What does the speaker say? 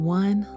one